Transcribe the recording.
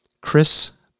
Chris